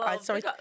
sorry